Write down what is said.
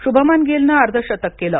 शुभमन गिलनं अर्धशतक केलं